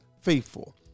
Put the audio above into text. faithful